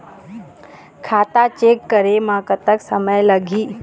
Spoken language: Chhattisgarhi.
खाता चेक करे म कतक समय लगही?